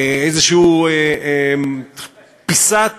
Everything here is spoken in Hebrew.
איזו פיסת